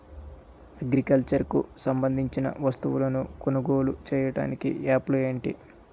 Agriculture కు సంబందించిన వస్తువులను కొనుగోలు చేయటానికి యాప్లు ఏంటి?